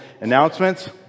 announcements